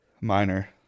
minor